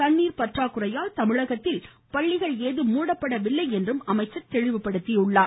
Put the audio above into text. தண்ணீர் பற்றாக்குறையால் தமிழகத்தில் பள்ளிகள் ஏதும் மூடப்படவில்லை என்றும் அமைச்சர் தெளிவுபடுத்தினார்